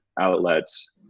outlets